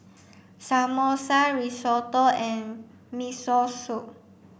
Samosa Risotto and Miso Soup